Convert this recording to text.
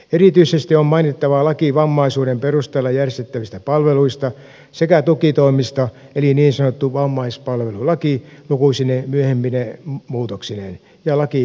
erityisesti on mainittava laki vammaisuuden perusteella järjestettävistä palveluista sekä tukitoimista eli niin sanottu vammaispalvelulaki lukuisine myöhempine muutoksineen ja laki vammaisetuisuuksista